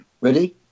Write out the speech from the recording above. Ready